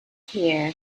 here